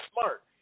smart